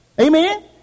Amen